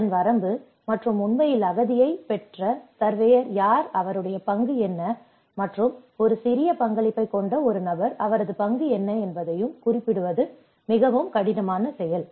இதன் வரம்பு மற்றும் உண்மையில் அகதியை பெற்ற சர்வேயர் யார் அவருடைய பங்கு என்ன மற்றும் ஒரு சிறிய பங்களிப்பை கொண்ட ஒரு நபர் அவரது பங்கு என்ன என்பதையும் குறிப்பிடுவது மிகவும் கடினமான செயல்